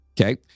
Okay